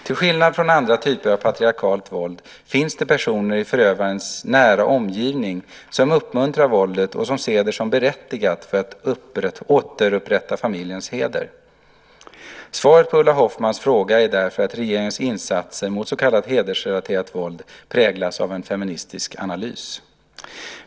Till skillnad från andra typer av patriarkalt våld finns det personer i förövarens nära omgivning som uppmuntrar våldet och som ser det som berättigat för att återupprätta familjens heder. Svaret på Ulla Hoffmanns fråga är därför att regeringens insatser mot så kallat hedersrelaterat våld präglas av en feministisk analys.